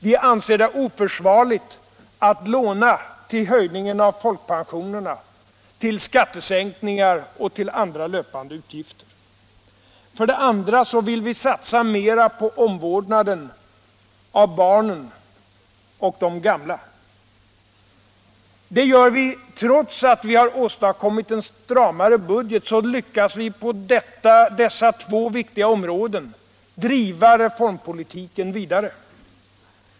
Vi anser det oförsvarligt att låna till höjningen av folkpensionerna, till skattesänkningar och andra löpande utgifter. För det andra vill vi satsa mer på omvårdnaden av barnen och de gamla. Trots att vi har åstadkommit en stramare budget lyckas vi på dessa två viktiga områden driva reformpolitiken vidare.